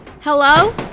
Hello